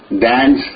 dance